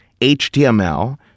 HTML